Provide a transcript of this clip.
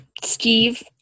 steve